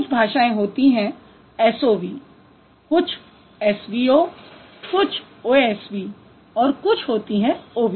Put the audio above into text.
कुछ भाषाएँ होतीं हैं SOV कुछ SVO कुछ OSV और कुछ होतीं हैं OVS